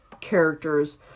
characters